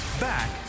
Back